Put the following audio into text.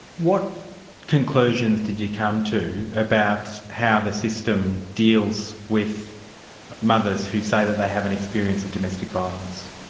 what conclusions did you come to about how the system deals with mothers who say that they have an experience of domestic violence?